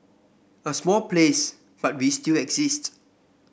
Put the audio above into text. a small place but we still exist